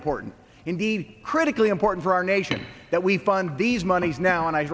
important indeed critically important for our nation that we fund these monies now and i